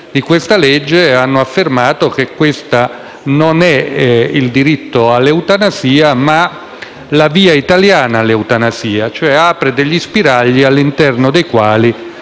di questo provvedimento, hanno affermato che esso non reca il diritto all'eutanasia ma la via italiana all'eutanasia, cioè apre degli spiragli all'interno dei quali